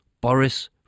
Boris